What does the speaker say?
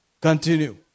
Continue